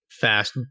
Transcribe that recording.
fast